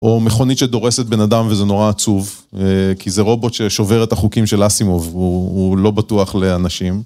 או מכונית שדורסת בן אדם וזה נורא עצוב, אההה, כי זה רובוט ששובר את החוקים של אסימוב, הוא לא בטוח לאנשים